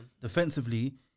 Defensively